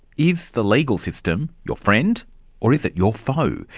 is the legal system your friend or is it your foe?